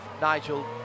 Nigel